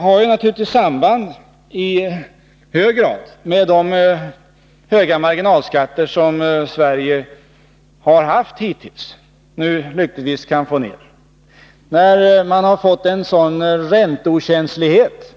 Det har naturligtvis i hög grad samband med de höga marginalskatter som Sverige har haft tidigare och nu lyckligtvis kan få ner. Det har uppstått en sådan ränteokänslighet